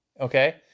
Okay